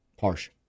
Harsh